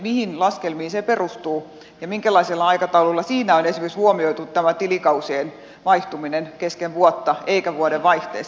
mihin laskelmiin se perustuu ja minkälaisella aikataululla siinä on esimerkiksi huomioitu tämä tilikausien vaihtuminen kesken vuotta eikä vuodenvaihteessa